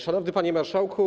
Szanowny Panie Marszałku!